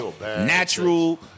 natural